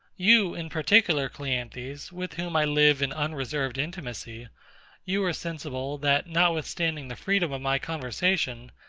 you, in particular, cleanthes, with whom i live in unreserved intimacy you are sensible, that notwithstanding the freedom of my conversation,